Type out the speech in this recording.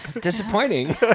disappointing